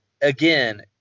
again